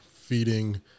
feeding